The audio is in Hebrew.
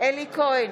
אלי כהן,